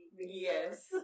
Yes